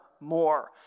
more